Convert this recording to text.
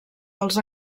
pels